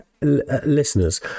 Listeners